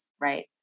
right